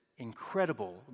incredible